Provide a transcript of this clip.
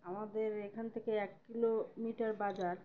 আমাদের এখান থেকে এক কিলোমিটার বাজার